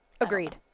agreed